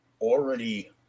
already –